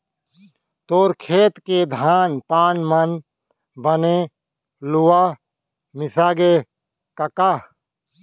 तोर खेत के धान पान मन बने लुवा मिसागे कका?